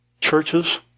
churches